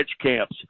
camps